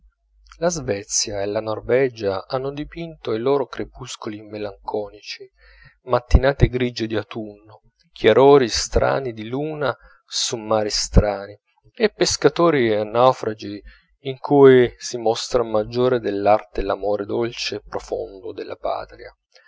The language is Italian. la svezia e la norvegia hanno dipinto i loro crepuscoli melanconici mattinate grigie di autunno chiarori strani di luna su mari strani e pescatori e naufragi in cui si mostra maggiore dell'arte l'amore dolce e profondo della patria